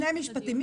שני משפטים,